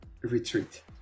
retreat